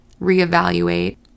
reevaluate